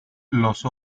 los